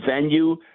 venue